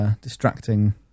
distracting